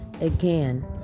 again